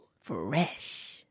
Fresh